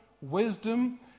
wisdom